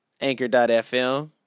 Anchor.fm